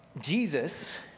Jesus